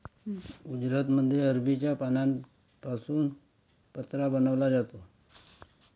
गुजरातमध्ये अरबीच्या पानांपासून पत्रा बनवला जातो